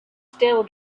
still